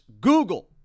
Google